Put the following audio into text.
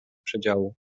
przedziału